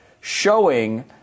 showing